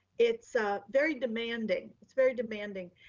it's a very demanding, it's very demanding.